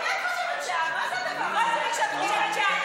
תגידי, מי את חושבת שאת?